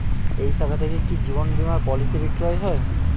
এই শাখা থেকে কি জীবন বীমার পলিসি বিক্রয় হয়?